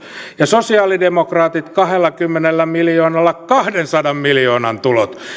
ja sosialidemokraatit kahdellakymmenellä miljoonalla kahdensadan miljoonan tulot